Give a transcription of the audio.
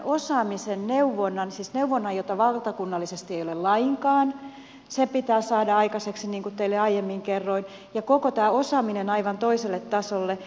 tämä neuvonta siis neuvonta jota valtakunnallisesti ei ole lainkaan pitää saada aikaiseksi niin kuin teille aiemmin kerroin ja koko tämä osaaminen aivan toiselle tasolle